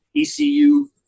ECU